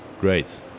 Great